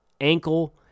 ankle